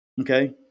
Okay